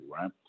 right